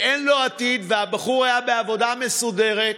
אין לו עתיד, והבחור היה בעבודה מסודרת,